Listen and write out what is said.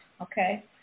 okay